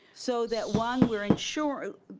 so that one, we're ensure,